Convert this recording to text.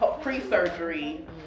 pre-surgery